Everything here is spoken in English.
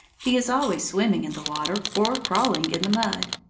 he is always swimming in the water, or crawling in the mud.